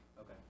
Okay